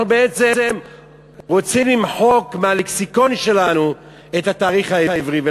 אנחנו בעצם רוצים למחוק מהלקסיקון שלנו את התאריך העברי.